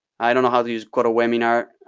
i don't know how to use goto webinar,